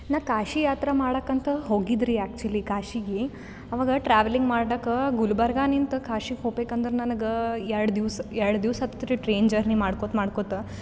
ನಾ ಕಾಶಿ ಯಾತ್ರಾ ಮಾಡೋಕ್ ಅಂತ ಹೋಗಿದ್ರಿ ಆ್ಯಕ್ಚುಲಿ ಕಾಶೀಗೆ ಆವಾಗ ಟ್ರಾವೆಲಿಂಗ್ ಮಾಡೋಕ ಗುಲ್ಬರ್ಗನಿಂತ ಕಾಶಿಗೆ ಹೋಗ್ಬೇಕು ಅಂದ್ರೆ ನನಗೆ ಎರಡು ದಿವ್ಸ ಎರಡು ದಿವ್ಸ ಆತು ರೀ ಟ್ರೈನ್ ಜರ್ನಿ ಮಾಡ್ಕೋತ ಮಾಡ್ಕೋತ